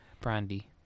brandy